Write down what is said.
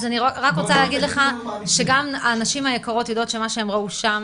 אז אני רק רוצה להגיד לך שגם הנשים היקרות יודעות שמה שהן ראו שם,